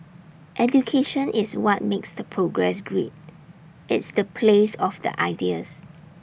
education is what makes the progress great it's the place of the ideas